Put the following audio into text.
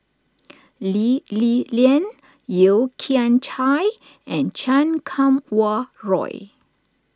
Lee Li Lian Yeo Kian Chai and Chan Kum Wah Roy